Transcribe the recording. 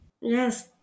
Yes